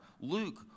Luke